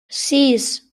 sis